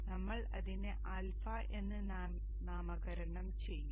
നമ്മൾ അതിനെ α എന്ന് നാമകരണം ചെയ്യും